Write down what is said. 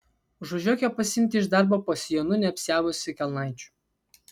užvažiuok jo pasiimti iš darbo po sijonu neapsiavusi kelnaičių